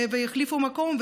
ויחליפו מקום,